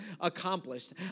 accomplished